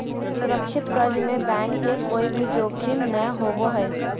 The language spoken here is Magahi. सुरक्षित कर्ज में बैंक के कोय भी जोखिम नय होबो हय